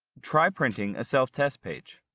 try printing a self test page.